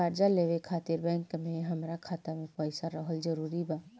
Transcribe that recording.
कर्जा लेवे खातिर बैंक मे हमरा खाता मे पईसा रहल जरूरी बा?